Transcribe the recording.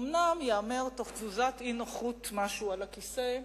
אומנם ייאמר שתוך תזוזת אי-נוחות כלשהי על הכיסא,